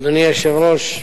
אדוני היושב-ראש,